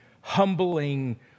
humbling